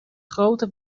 grote